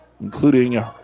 including